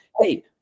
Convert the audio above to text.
hey